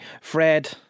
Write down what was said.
Fred